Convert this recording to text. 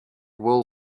will